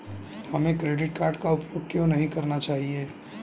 हमें credit card का उपयोग क्यों नहीं करना चाहिए?